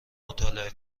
مطالعه